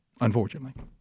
Unfortunately